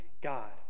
God